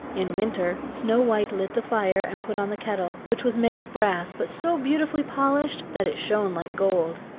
in winter snow-white lit the fire and put on the kettle, which was made of brass, but so beautifully polished that it shone like gold.